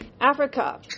Africa